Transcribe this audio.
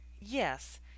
yes